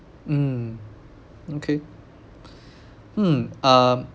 mm okay hmm um